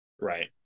Right